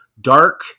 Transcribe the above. dark